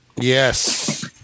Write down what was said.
Yes